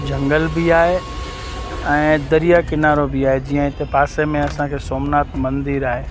जंगल बि आहे ऐं दरिया किनारो बि आहे जीअं हिते पासे में असांजो सोमनाथ मंदरु आहे